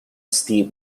steve